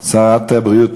שרת הבריאות,